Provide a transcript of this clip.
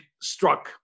struck